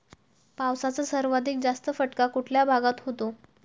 पावसाचा सर्वाधिक जास्त फटका कुठल्या भागात होतो?